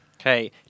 Okay